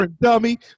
dummy